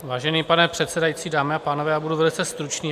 Vážený pane předsedající, dámy a pánové, budu velice stručný.